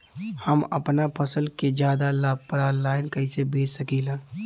हम अपना फसल के ज्यादा लाभ पर ऑनलाइन कइसे बेच सकीला?